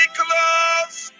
close